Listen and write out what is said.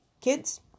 kids